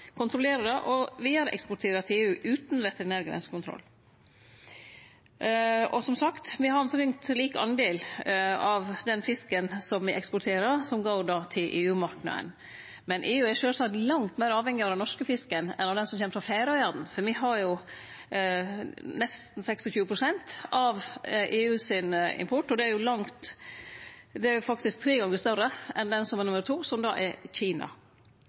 det og vidareeksportere til EU, utan veterinær grensekontroll. Som sagt har me omtrent lik del av den fisken me eksporterer, som går til EU-marknaden, men EU er sjølvsagt langt meir avhengig av den norske fisken enn av den som kjem frå Færøyane, for me har nesten 26 pst. av EUs import. Det er faktisk tre gonger meir enn nummer to, som er Kina. Færøyane har knappe 3 pst., så det er